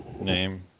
name